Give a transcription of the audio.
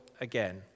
again